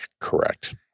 Correct